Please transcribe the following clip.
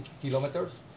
kilometers